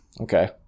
okay